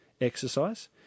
exercise